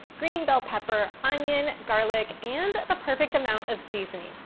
green bell pepper, onion, garlic, and the perfect amount of seasoning.